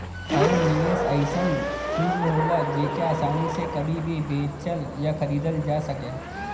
आउर निवेस ऐसन चीज में होला जेके आसानी से कभी भी बेचल या खरीदल जा सके